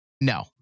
No